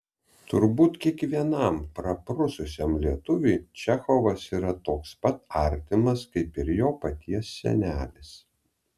turbūt kiekvienam praprususiam lietuviui čechovas yra toks pat artimas kaip ir jo paties senelis